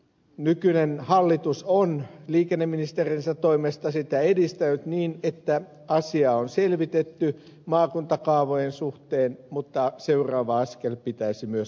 nykyinen hallitus on liikenneministerinsä toimesta sitä edistänyt niin että asiaa on selvitetty maakuntakaavojen suhteen mutta seuraava askel pitäisi myös ottaa